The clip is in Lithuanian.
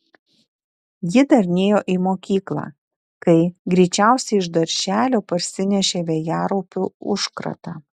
ji dar nėjo į mokyklą kai greičiausiai iš darželio parsinešė vėjaraupių užkratą